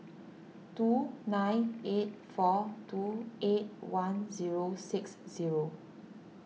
two nine eight four two eight one zero six zero